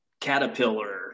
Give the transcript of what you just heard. Caterpillar